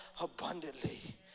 abundantly